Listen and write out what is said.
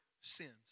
sins